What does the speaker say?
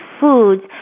foods